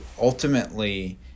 ultimately